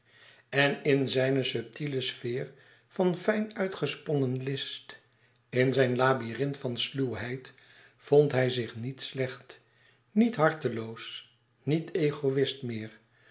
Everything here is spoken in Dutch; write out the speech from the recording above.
en in zijne subtiele sfeer van fijn uitgesponnen list in zijn labyrinth van sluwheid vond hij zich niet slecht niet harteloos niet egoïst meer